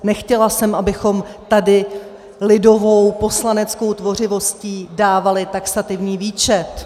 Nechtěla jsem, abychom tady lidovou poslaneckou tvořivostí dávali taxativní výčet.